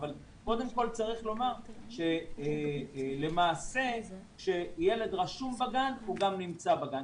אבל קודם כל צריך לומר שלמעשה כשילד רשום בגן הוא גם נמצא בגן.